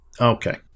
Okay